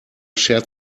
schert